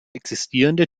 existierende